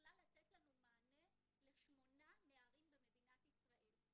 יכלה לתת לנו מענה לשמונה נערים במדינת ישראל.